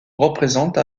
représente